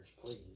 Please